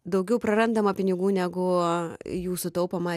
daugiau prarandama pinigų negu jų sutaupoma